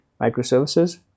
microservices